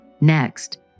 Next